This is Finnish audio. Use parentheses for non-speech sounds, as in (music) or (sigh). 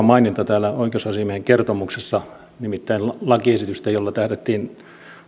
(unintelligible) maininta täällä oikeusasiamiehen kertomuksessa nimittäin lakiesitystä jolla tähdättiin